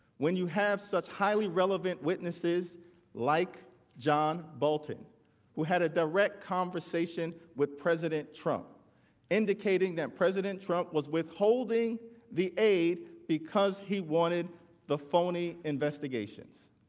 when you have such highly relevant witnesses like john bolton who had a direct conversation with president trump indicating that president trump was withholding the aid because he wanted the phony investigations?